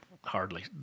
hardly